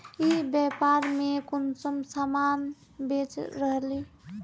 ई व्यापार में कुंसम सामान बेच रहली?